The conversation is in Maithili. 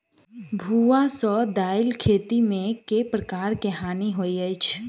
भुआ सँ दालि खेती मे केँ प्रकार केँ हानि होइ अछि?